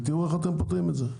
תראו איך אתם פותרים את זה,